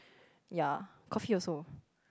ya coffee also